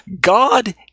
God